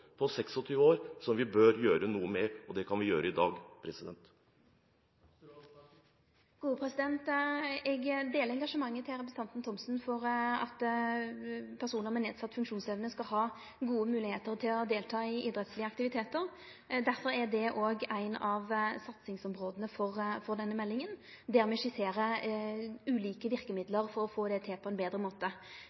som vi bør gjøre noe med, og det kan vi gjøre i dag. Eg deler engasjementet til representanten Thomsen for at personar med nedsett funksjonsevne skal ha gode moglegheiter til å delta i idrettslege aktivitetar. Derfor er det eit av satsingsområda i denne meldinga, der me skisserer ulike verkemiddel for å få det til på ein betre måte.